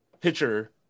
pitcher